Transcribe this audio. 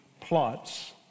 plots